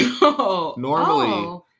normally